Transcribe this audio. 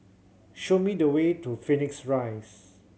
show me the way to Phoenix Rise